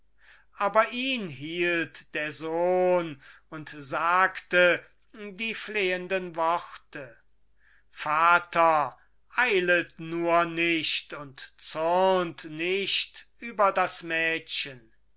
aber ihn hielt der sohn und sagte die flehenden worte vater eilet nur nicht und zürnt nicht über das mädchen